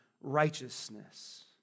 righteousness